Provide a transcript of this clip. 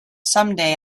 someday